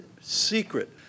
Secret